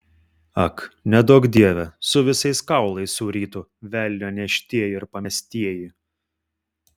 ak neduok dieve su visais kaulais surytų velnio neštieji ir pamestieji